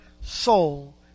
soul